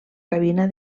cabina